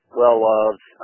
well-loved